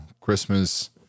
Christmas